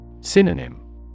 Synonym